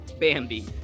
Bambi